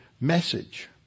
message